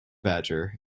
badger